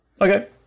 Okay